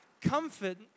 comfort